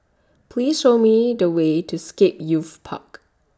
Please Show Me The Way to Scape Youth Park